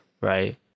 Right